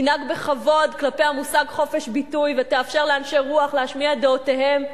תנהג בכבוד כלפי המושג חופש ביטוי ותאפשר לאנשי רוח להשמיע את דעותיהם.